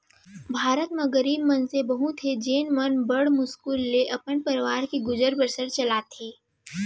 भारत म गरीब मनसे बहुत हें जेन मन बड़ मुस्कुल ले अपन परवार के गुजर बसर चलाथें